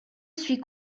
suis